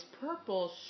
purple